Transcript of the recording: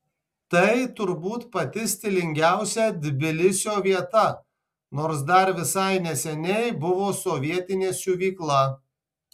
tai turbūt pati stilingiausia tbilisio vieta nors dar visai neseniai buvo sovietinė siuvykla